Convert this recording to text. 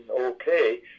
okay